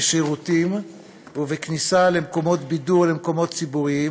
בשירותים ובכניסה למקומות בידור ולמקומות ציבוריים